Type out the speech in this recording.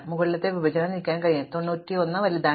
മറുവശത്ത് മുകളിലെ വിഭജനം നീക്കാൻ കഴിയും കാരണം 91 വലുതാണ്